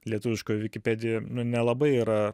lietuviška vikipedija nelabai yra